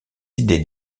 idées